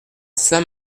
saint